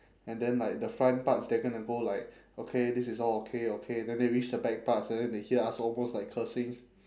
and then like the front parts they're gonna go like okay this is all okay okay then they reach the back parts and then they hear us almost like cursing